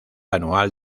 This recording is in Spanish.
anual